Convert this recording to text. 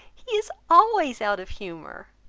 he is always out of humour.